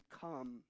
come